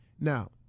Now